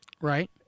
right